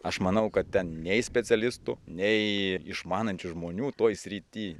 aš manau kad ten nei specialistų nei išmanančių žmonių toj srity